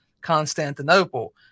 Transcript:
Constantinople